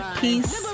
peace